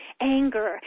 anger